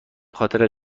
خاطر